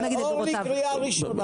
אורלי, קריאה ראשונה.